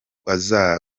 aza